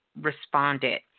responded